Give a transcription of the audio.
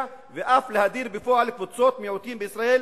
ואף להדיר בפועל קבוצות מיעוטים בישראל